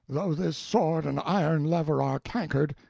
though this sword and iron lever are cankered,